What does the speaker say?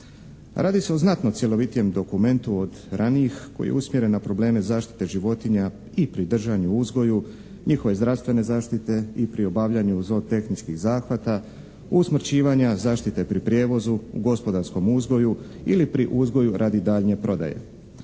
Radi se o znatno cjelovitijem dokumentu od ranijih koji je usmjeren na probleme zaštite životinja i pri držanju i uzgoju, njihove zdravstvene zaštite i pri obavljaju zootehničkih zahvata, usmrćivanja, zaštite pri prijevozu u gospodarskom uzgoju ili pri uzgoju radi daljnje prodaje.